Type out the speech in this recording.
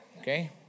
okay